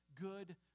good